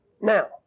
Now